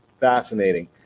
Fascinating